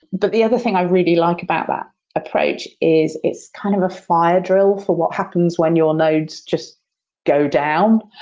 but the other thing i really like about that approach is it's kind of a fire drill for what happens when your nodes just go down,